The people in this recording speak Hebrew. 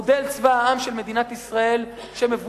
מודל צבא העם של מדינת ישראל מבוסס,